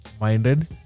minded